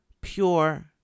pure